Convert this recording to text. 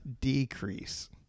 decrease